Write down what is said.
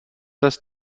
dass